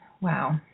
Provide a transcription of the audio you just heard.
wow